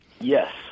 Yes